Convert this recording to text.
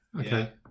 Okay